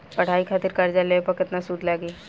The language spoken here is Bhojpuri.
पढ़ाई खातिर कर्जा लेवे पर केतना सूद लागी?